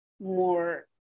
more